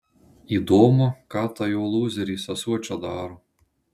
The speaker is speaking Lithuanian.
įdomu ką ta jo lūzerė sesuo čia daro